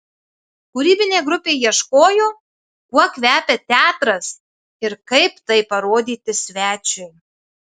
kūrybinė grupė ieškojo kuo kvepia teatras ir kaip tai parodyti svečiui